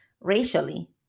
racially